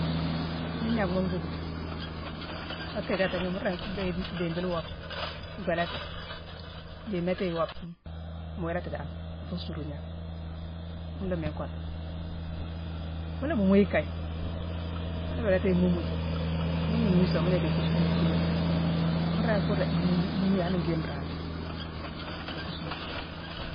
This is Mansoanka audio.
Nii gnéckma mbhuumo, mu kiikatighi, mu ringi dhéye idimbile iwobe, gwéélati, di méti iwobma mu wéélati dan, nfuu suuru gnéckma. Ghuna miine nkottu. Mu la mumu yi kaye. Mu la wéélati yi mhumu yi. Ni mu mumu yi song, mu la yick-i-kusu-nkuusumo jaa. Mu ringi-ku-d-mhuumu yi hanne ngwii nraare. Nlaa kuusu mo.